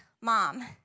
mom